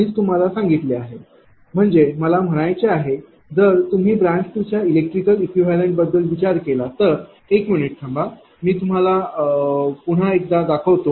च तुम्हाला सांगितले आहे म्हणजे मला म्हणायचे आहे जर तुम्ही ब्रांच 2 च्या इलेक्ट्रिकल इक्विवलेंत बद्दल विचार केला तर एक मिनिट थांबा मी ते तुम्हाला पुन्हा एकदा दाखवतो